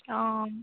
অঁ